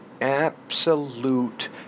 absolute